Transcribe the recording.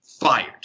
fired